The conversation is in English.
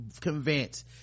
convinced